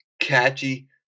catchy